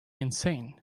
insane